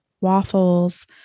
waffles